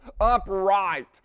upright